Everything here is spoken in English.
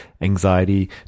anxiety